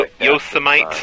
Yosemite